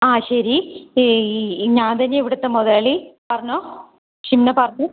ആ ശരി ഈ ഈ ഞാൻ തന്നെയാണ് ഇവിടുത്തെ മുതലാളി പറഞ്ഞോ ചിന്ന പാർക്ക്